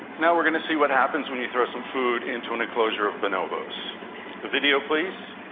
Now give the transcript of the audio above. now we're going to see what happens when you throw some food into an enclosure of bonobos. the video please.